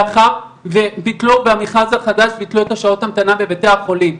מאחר ובמכרז החדש ביטלו את השעות המתנה בבתי החולים.